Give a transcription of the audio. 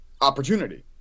opportunity